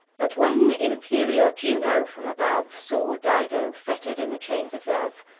but when imperial juno, from above, saw dido fetter'd in the chains of love,